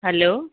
hello